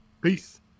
Peace